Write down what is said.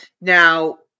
Now